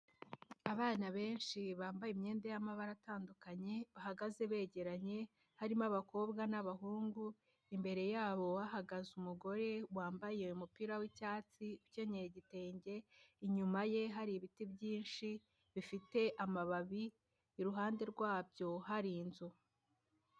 Abana benshi bambaye imyenda y'amabara atandukanye, bahagaze begeranye, harimo abakobwa n'abahungu, imbere yabo hahagaze umugore wambaye umupira wi'cyatsi ukenyeye igitenge, inyuma ye hari ibiti byinshi, bifite amababi, iruhande rwabyo hari inzu.